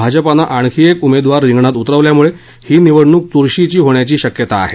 भाजपाने आणखी एक उमेदवार रिंगणात उतरवल्यामुळे ही निवडणूक चूरशीची होण्याची शक्यता आहे